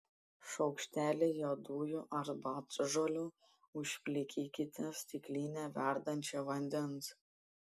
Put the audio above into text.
šaukštelį juodųjų arbatžolių užplikykite stikline verdančio vandens